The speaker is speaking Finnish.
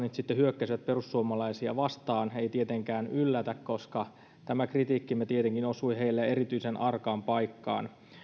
nyt sitten hyökkäsivät perussuomalaisia vastaan ei tietenkään yllätä koska tämä kritiikkimme tietenkin osui heille erityisen arkaan paikkaan